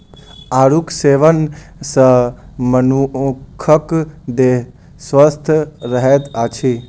आड़ूक सेवन सॅ मनुखक देह स्वस्थ रहैत अछि